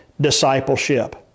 discipleship